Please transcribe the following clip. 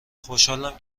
خوشحالم